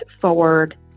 forward